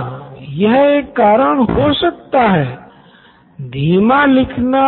अब मुझे लगता है की आपने तीनों प्रश्नों